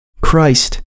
Christ